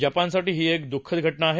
जपानसाठी ही एक द्ःखद घटना आहे